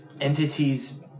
entities